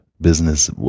business